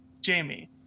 Jamie